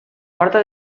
porta